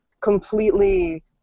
completely